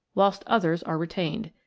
whilst others are retained.